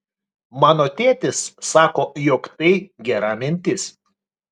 mano tėtis sako jog tai gera mintis